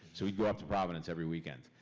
so we'd go up to providence every weekend.